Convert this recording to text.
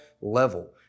level